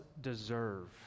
deserve